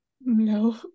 No